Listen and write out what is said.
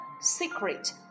Secret